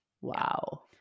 Wow